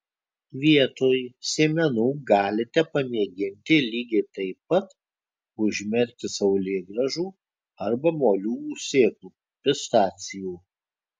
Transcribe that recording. vietoj sėmenų galite pamėginti lygiai taip pat užmerkti saulėgrąžų arba moliūgų sėklų pistacijų